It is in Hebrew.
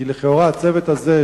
כי לכאורה הצוות הזה,